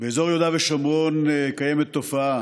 באזור יהודה ושומרון יש תופעה